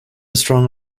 strong